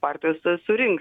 partijos surinks